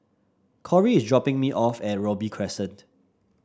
Corry is dropping me off at Robey Crescent